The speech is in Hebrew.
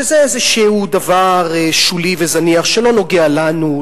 שזה איזשהו דבר שולי וזניח שלא נוגע לנו,